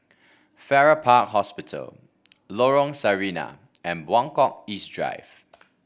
Farrer Park Hospital Lorong Sarina and Buangkok East Drive